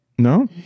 No